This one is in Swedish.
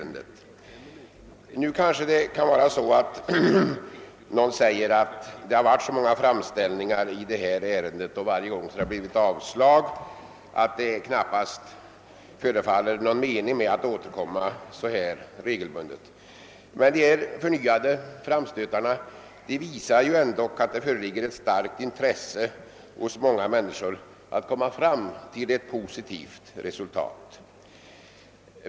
Någon kanske anser att det, eftersom det gjorts så många framstötar i detta ärende och det varje gång har blivit avslag, knappast kan vara någon mening med att återkomma så här regelbundet. Men dessa upprepade framstötar visar ändå att det föreligger ett starkt intresse hos många människor att komma fram till ett positivt resultat.